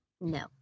No